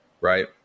Right